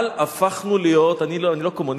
אבל הפכנו להיות, אני לא קומוניסט,